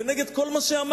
זה נגד כל מה שאמרנו.